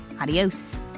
Adios